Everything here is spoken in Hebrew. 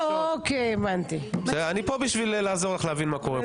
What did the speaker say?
אני פה בשביל לעזור לך להבין מה קורה פה.